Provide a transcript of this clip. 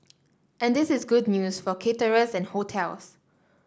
and this is good news for caterers and hotels